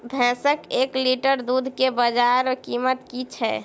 भैंसक एक लीटर दुध केँ बजार कीमत की छै?